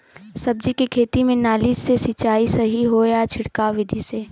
सब्जी के खेती में नाली से सिचाई सही होई या छिड़काव बिधि से?